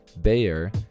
Bayer